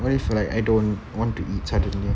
what if I like I don't want to eat suddenly